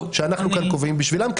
שאנחנו כאן קובעים בשבילם,